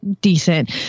decent